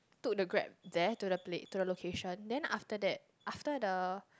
took the Grab there to the pla~ to the location then after that after the